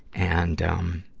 and, um,